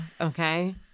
okay